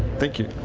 thank you.